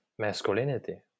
masculinity